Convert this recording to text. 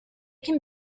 can